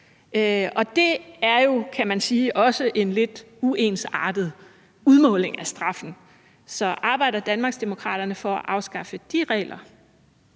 og det er jo, kan man sige, også en lidt uensartet udmåling af straffen. Så arbejder Danmarksdemokraterne for at afskaffe de regler?